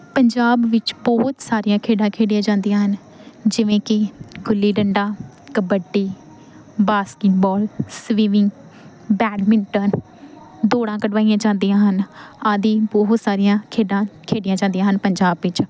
ਪੰਜਾਬ ਵਿੱਚ ਬਹੁਤ ਸਾਰੀਆਂ ਖੇਡਾਂ ਖੇਡੀਆਂ ਜਾਂਦੀਆਂ ਹਨ ਜਿਵੇਂ ਕਿ gulli danda kabaddi basketball swimming badminton ਦੋੜਾਂ ਕਰਵਾਈਆਂ ਜਾਂਦੀਆਂ ਹਨ ਆਦਿ ਬਹੁਤ ਸਾਰੀਆਂ ਖੇਡਾਂ ਖੇਡੀਆਂ ਜਾਂਦੀਆਂ ਹਨ ਪੰਜਾਬ ਵਿੱਚ